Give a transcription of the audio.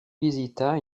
visita